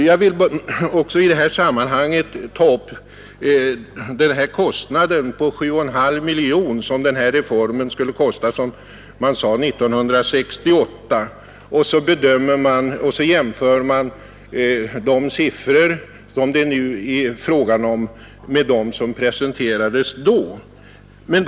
Jag vill i detta sammanhang erinra om att man 1968 sade att reformen skulle kosta 7,5 miljoner kronor, men så jämför man de siffror som det nu är fråga om med dem som presenterades 1968.